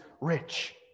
rich